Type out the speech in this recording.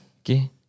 Okay